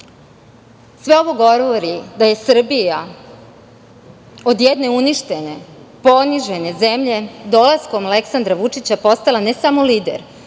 zemlje. Sve govori da je Srbija od jedne uništene, ponižene zemlje, dolaskom Aleksandra Vučića postala ne samo lider,